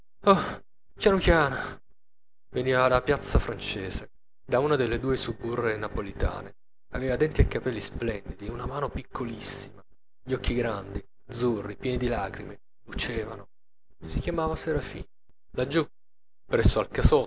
chiano chiano veniva da piazza francese da una delle due suburre napolitane aveva denti e capelli splendidi una mano piccolissima gli occhi grandi azzurri pieni di lacrime lucevano si chiamava serafina laggiù